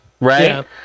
right